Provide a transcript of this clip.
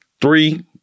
Three